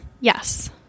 yes